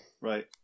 Right